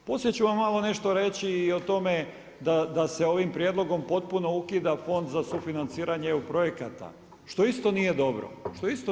Poslije ću vam malo nešto reći i o tome da se ovim prijedlogom potpuno ukida Fond za sufinanciranje eu projekata, što isto nije dobro itd. itd.